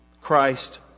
Christ